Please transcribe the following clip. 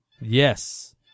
Yes